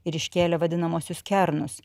ir iškėlė vadinamuosius kernus